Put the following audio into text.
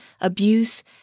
abuse